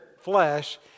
flesh